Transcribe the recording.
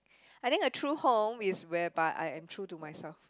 I think a true home is whereby I am true to myself